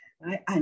right